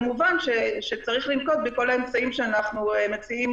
כמובן שצריך לנקוט בכל האמצעים שאנחנו מציעים